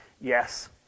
yes